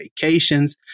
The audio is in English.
vacations